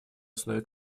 основе